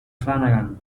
flanagan